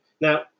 Now